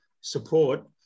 support